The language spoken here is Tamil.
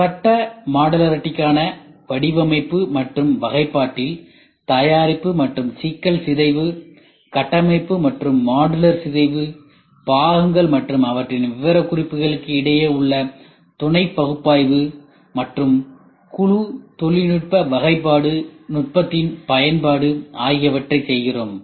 கட்ட மாடுலாரிடிகான வடிவமைப்பு மற்றும் வகைப்பாட்டில் தயாரிப்பு மற்றும் சிக்கல் சிதைவு கட்டமைப்பு மற்றும் மாடுலர் சிதைவு பாகங்கள் மற்றும் அவற்றின் விவர குறிப்புகளுக்கு இடையே உள்ள துணை பகுப்பாய்வு மற்றும் குழு தொழில்நுட்ப வகைப்பாடு நுட்பத்தின் பயன்பாடு ஆகியவற்றை செய்கிறோம்